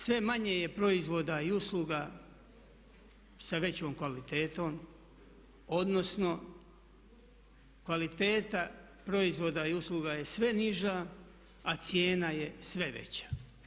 Sve manje je proizvoda i usluga sa većom kvalitetom, odnosno kvaliteta proizvoda i usluga je sve niža a cijena je sve veća.